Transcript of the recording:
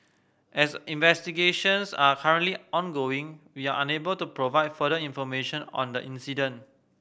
as investigations are currently ongoing we are unable to provide further information on the incident